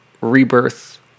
rebirth